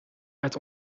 uit